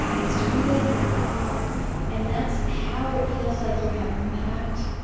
it's tweeted, and and that's how it feels like you have impact.